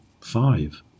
five